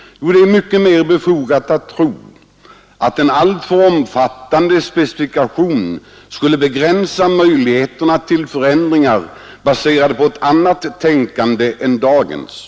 Jo, det är mycket mer befogat att tro att en alltför omfattande specifikation skulle begränsa möjligheterna till förändringar baserade på ett annat tänkande än dagens.